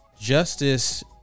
justice